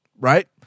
right